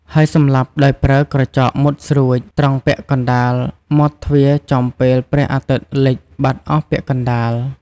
ហើយសម្លាប់ដោយប្រើក្រចកមុតស្រួច ត្រង់ពាក់កណ្តាលមាត់ទ្វារចំពេលព្រះអាទិត្យលិចបាត់អស់ពាក់កណ្តាល។